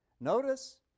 Notice